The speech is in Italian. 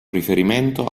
riferimento